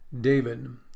David